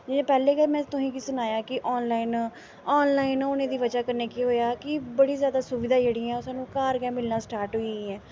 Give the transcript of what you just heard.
पैह्ले गै तुहें गी सनाएआ कि आनलाइन आनलाइन होने दी बजह कन्नै केह् होएआ कि बड़ी जैदा सुविधां जेह्ड़ी ऐ सानूं घार गै मिलना स्टार्ट होई गेइयां